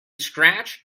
scratch